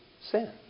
sin